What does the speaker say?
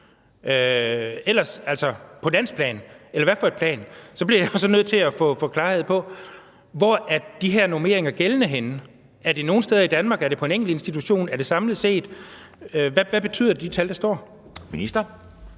ellers på landsplan – eller hvad for et plan? Så jeg bliver jo nødt til at få klarhed over: Hvor er de her normeringer gældende henne? Er det nogen steder i Danmark? Er det på en enkelt institution? Er det samlet set? Hvad betyder de tal, der står? Kl.